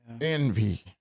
Envy